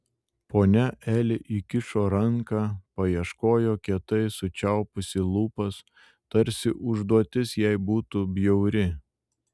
ponia eli įkišo ranką paieškojo kietai sučiaupusi lūpas tarsi užduotis jai būtų bjauri